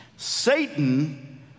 Satan